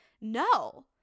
No